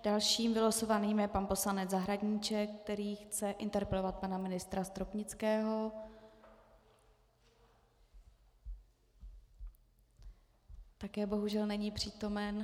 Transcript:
Dalším vylosovaným je pan poslanec Zahradníček, který chce interpelovat pana ministra Stropnického, který také bohužel není přítomen.